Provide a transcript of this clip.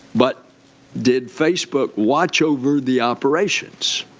but did facebook watch over the operations?